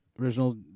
original